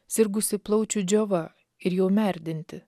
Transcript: sirgusi plaučių džiova ir jau merdinti